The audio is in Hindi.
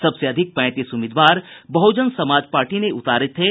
सबसे अधिक पैंतीस उम्मीदवार बहुजन समाज पार्टी ने उतारे थे